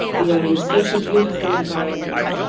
we are in such a beautiful environment.